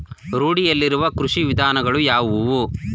ರೂಢಿಯಲ್ಲಿರುವ ಕೃಷಿ ವಿಧಾನಗಳು ಯಾವುವು?